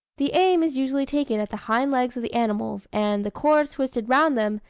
the aim is usually taken at the hind-legs of the animals, and, the cords twisted round them,